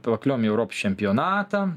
pakliuvom į europos čempionatą